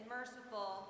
merciful